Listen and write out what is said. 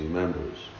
members